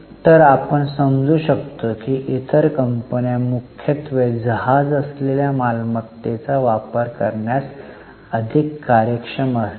तर आपण समजू शकता की इतर कंपन्या मुख्यत्वे जहाज असलेल्या मालमत्तेचा वापर करण्यास अधिक कार्यक्षम असतात